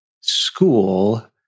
school